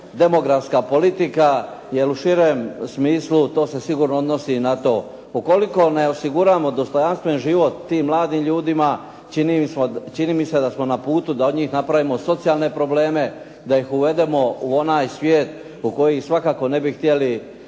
demografska politika jer u širem smislu to se sigurno odnosi i na to. Ukoliko ne osiguramo dostojanstven život tim mladim ljudima čini mi se da smo na putu da od njih napravimo socijalne probleme, da ih uvedemo u onaj svijet u koji ih svakako ne bi htjeli